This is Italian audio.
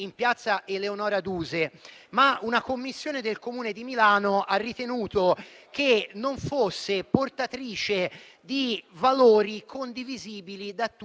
Grazie.